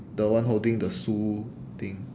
the one holding the sue thing